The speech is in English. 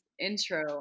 intro